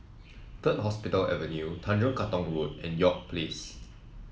Third Hospital Avenue Tanjong Katong Road and York Place